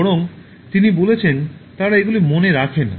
বরং তিনি বলেছেন তাঁরা এগুলি মনে রাখে না